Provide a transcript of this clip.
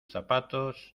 zapatos